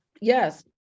yes